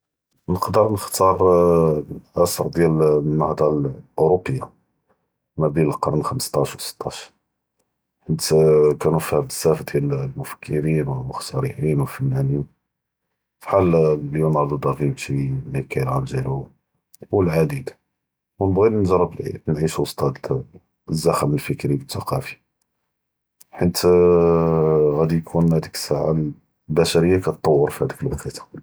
נקדר נכ’תאר אלעסר דיאל אלנהضة אלאורופיה, מא בין אלקרן חמשטאש ו סטאש, את כאנו פיהא בזאף דיאל אלמופכ’רין ו אלמח’תארעין ו אלפנאנין, בחאל ליאונרדו דפינצ’י ו מיכ’יל אלג’ירו, ו אלעידיד, ו נבגי נג’רב נ נעישו אלזחם אלפקרי ו אלתקאפי, חינת ראדי יכון האדיק אלשעה מ בןשאריה כיטוור פהאדאכ אל.